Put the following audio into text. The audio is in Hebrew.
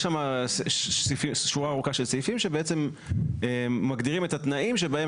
יש שם שורה ארוכה של סעיפים שבעצם מגדירים את התנאים בהם